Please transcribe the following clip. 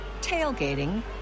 tailgating